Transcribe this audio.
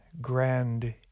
grand